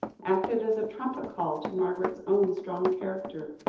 acted as a trumpet call to margaret's own strong character,